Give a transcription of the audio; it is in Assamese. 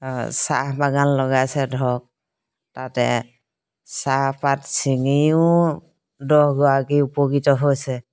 চাহ বাগান লগাইছে ধৰক তাতে চাহপাত ছিঙিও দহগৰাকী উপকৃত হৈছে